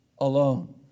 alone